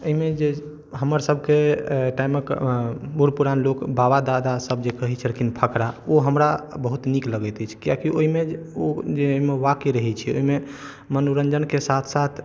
एहिमे जे हमर सभके टाइमक बूढ़ पुरान लोक बाबा दादा सभ जे कहै छलखिन फकरा ओ हमरा बहुत नीक लगैत अछि कियाकि ओहिमे ओ जे वाक्य रहै छै ओहिमे मनोरञ्जनके साथ साथ